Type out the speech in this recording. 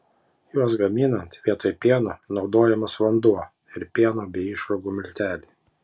juos gaminant vietoj pieno naudojamas vanduo ir pieno bei išrūgų milteliai